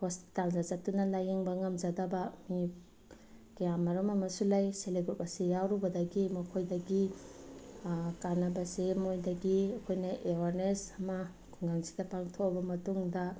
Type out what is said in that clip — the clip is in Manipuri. ꯍꯣꯁꯄꯤꯇꯥꯜꯗ ꯆꯠꯇꯨꯅ ꯂꯥꯏꯌꯦꯡꯕ ꯉꯝꯖꯗꯕ ꯃꯤ ꯀꯌꯥꯃꯔꯣꯝ ꯑꯃꯁꯨ ꯂꯩ ꯁꯦꯜꯐ ꯍꯦꯜꯞ ꯒ꯭ꯔꯨꯞ ꯑꯁꯤ ꯌꯥꯎꯔꯨꯕꯗꯒꯤ ꯃꯈꯣꯏꯗꯒꯤ ꯀꯥꯟꯅꯕꯁꯦ ꯃꯣꯏꯗꯒꯤ ꯑꯩꯈꯣꯏꯅ ꯑꯦꯋꯥꯔꯅꯦꯁ ꯑꯃ ꯈꯨꯡꯒꯪꯁꯤꯗ ꯄꯥꯡꯊꯣꯛꯑꯕ ꯃꯇꯨꯡꯗ